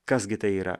kas gi tai yra